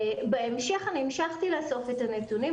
המשכתי לאסוף הנתונים,